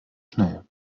schnell